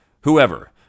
whoever